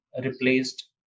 replaced